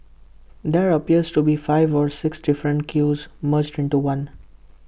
there appears to be five or six different queues merged into one